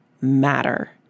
matter